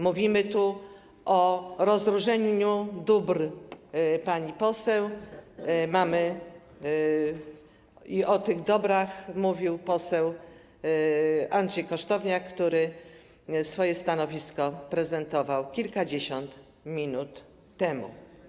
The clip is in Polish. Mówimy tu o rozróżnieniu dóbr, pani poseł, i o tych dobrach mówił poseł Andrzej Kosztowniak, który swoje stanowisko prezentował kilkadziesiąt minut temu.